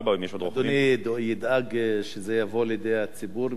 אדוני ידאג שזה יבוא לידי הציבור בפרסום.